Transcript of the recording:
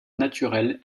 naturelle